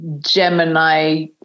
Gemini